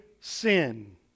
sin